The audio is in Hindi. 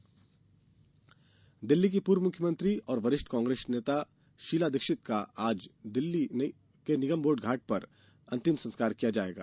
निधन दिल्ली की पूर्व मुख्यमंत्री और वरिष्ठ कांग्रेस नेता शीला दीक्षित का आज नई दिल्ली के निगमबोध घाट पर अंतिम संस्कार किया जाएगा